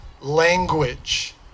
language